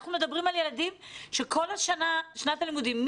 אנחנו מדברים על ילדים שכל שנת הלימודים,